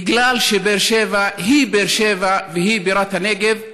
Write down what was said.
בגלל שבאר שבע היא באר שבע והיא בירת הנגב,